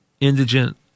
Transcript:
indigent